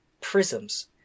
prisms